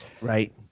Right